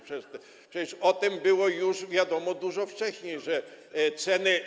Przecież o tym było już wiadomo dużo wcześniej, że ceny.